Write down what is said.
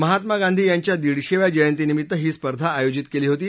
महात्मा गांधी यांच्या दिडशेव्या जयंतीनिमित्त ही स्पर्धा आयोजित केली होती